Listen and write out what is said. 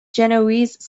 genoese